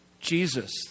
Jesus